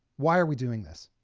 why are we doing this?